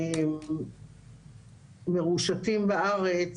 מרושתים בארץ,